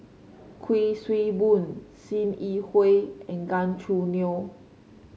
Kuik Swee Boon Sim Yi Hui and Gan Choo Neo